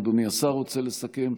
אדוני השר רוצה לסכם?